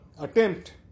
attempt